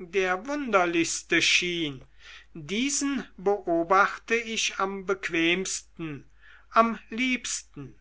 der wunderlichste schien diesen beobachte ich am bequemsten am liebsten